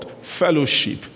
fellowship